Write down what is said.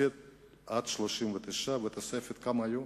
כמה היו?